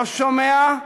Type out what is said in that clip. לא שומע,